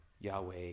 Yahweh